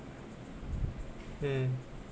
mm